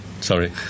sorry